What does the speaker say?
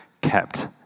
kept